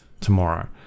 tomorrow